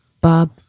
Bob